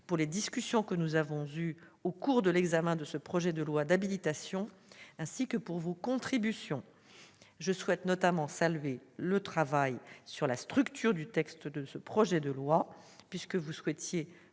des discussions que nous avons eues au cours de l'examen de ce projet de loi d'habilitation, ainsi que de vos contributions. Je salue notamment le travail relatif à la structure de ce projet de loi, puisque vous souhaitiez